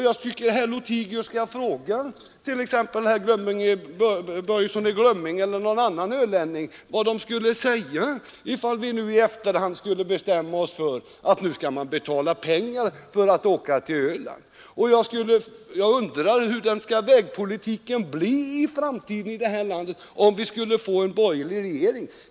Jag tycker att herr Lothigius skall fråga t.ex. herr Börjesson i Glömminge eller någon annan ölänning vad de skulle säga, om vi nu i efterhand skulle bestämma oss för att ta ut en avgift vid Ölandsbron. Hur skulle vägpolitiken bli i framtiden i detta land, om vi finge en borgerlig regering?